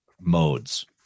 modes